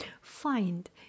Find